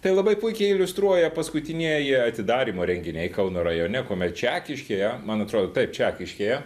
tai labai puikiai iliustruoja paskutinieji atidarymo renginiai kauno rajone kuomet čekiškėje man atrodo taip čekiškėje